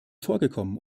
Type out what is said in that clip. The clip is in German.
vorgekommen